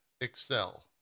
excel